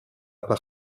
par